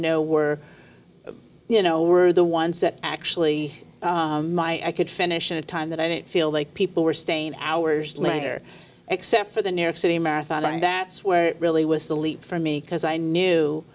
know were you know we're the ones that actually i could finish in a time that i didn't feel like people were staying hours later except for the new york city marathon and that's where it really was a leap for me because i knew